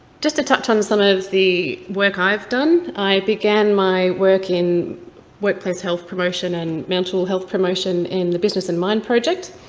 just to touch on some of the work i've done, i began my work in workplace health promotion and mental health promotion in the business in mind project.